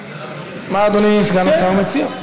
מה אדוני סגן השר מציע?